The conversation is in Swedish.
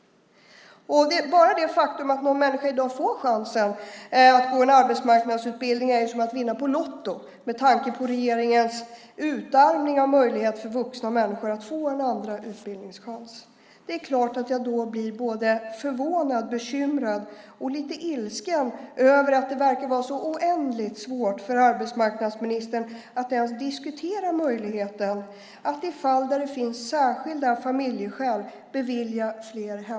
Bara det faktum att någon människa i dag får chansen att gå en arbetsmarknadsutbildning är som en vinst på Lotto, med tanke på regeringens utarmning av möjligheten för vuxna människor att få en andra utbildningschans. Det är klart att jag då blir förvånad, bekymrad och lite ilsken över att det verkar vara så oändligt svårt för arbetsmarknadsministern att ens diskutera möjligheten att bevilja fler hemresor i fall där det finns särskilda familjeskäl.